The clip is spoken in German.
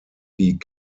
die